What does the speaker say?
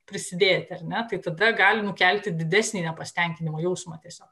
prisidėti ar ne tai tada gali nu kelti didesnį nepasitenkinimo jausmą tiesiog